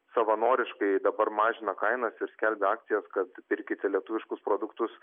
savanoriškai dabar mažina kainas ir skelbia akcijas kad pirkite lietuviškus produktus